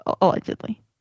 Allegedly